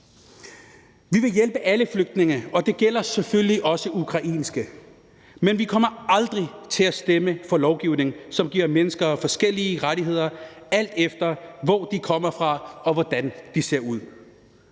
Vi vil hjælpe alle flygtninge, og det gælder selvfølgelig også de ukrainske, men vi kommer aldrig til at stemme for en lovgivning, som giver mennesker forskellige rettigheder, alt efter hvor de kommer fra og hvordan de ser ud.